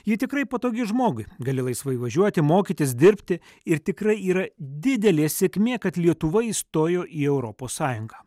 ji tikrai patogi žmogui gali laisvai važiuoti mokytis dirbti ir tikrai yra didelė sėkmė kad lietuva įstojo į europos sąjungą